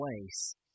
place